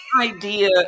idea